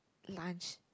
lunch